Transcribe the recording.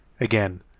Again